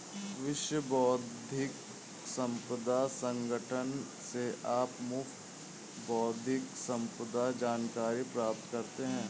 विश्व बौद्धिक संपदा संगठन से आप मुफ्त बौद्धिक संपदा जानकारी प्राप्त करते हैं